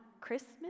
Christmas